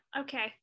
okay